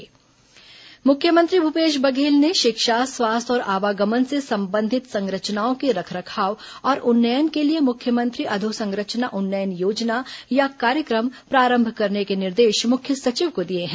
मुख्यमंत्री अधोसंरचना उन्नयन योजना मुख्यमंत्री भूपेश बघेल ने शिक्षा स्वास्थ्य और आवागमन से संबंधित संरचनाओं के रखरखाव और उन्नयन के लिए मुख्यमंत्री अधोसंरचना उन्नयन योजना या कार्यक्रम प्रारंभ करने के निर्देश मुख्य सचिव को दिए हैं